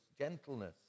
gentleness